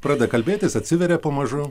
pradeda kalbėtis atsiveria pamažu